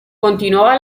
continuaba